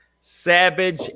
Savage